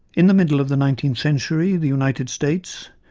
in the middle of the nineteenth century, the united states,